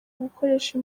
gukoresha